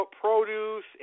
produce